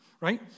right